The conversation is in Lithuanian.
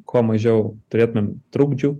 kuo mažiau turėtumėm trukdžių